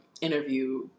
interview